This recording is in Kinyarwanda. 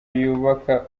yubaka